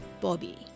Bobby